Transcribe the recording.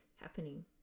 happening